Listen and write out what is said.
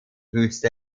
höchste